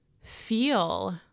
feel